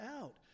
out